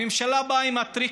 הממשלה באה עם הטריק,